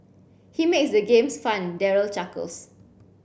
he makes the games fun Daryl chuckles